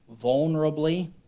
vulnerably